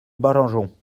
barangeon